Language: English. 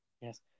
yes